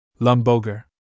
Lumboger